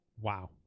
Wow